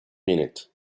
minute